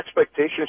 expectations